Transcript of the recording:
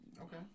Okay